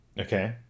okay